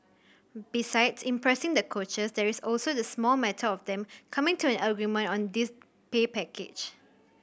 besides impressing the coaches there is also the small matter of them coming to an agreement on this pay package